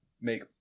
make